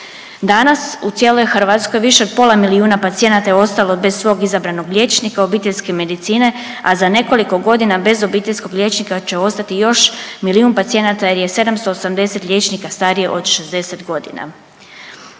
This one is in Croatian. Danas u cijeloj Hrvatskoj više od pola milijuna pacijenata je ostalo bez svog izabranog liječnika obiteljske medicine, a za nekoliko godina bez obiteljskog liječnika će ostati još milijun pacijenata jer je 780 liječnika starije od 60 godina.